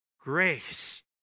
grace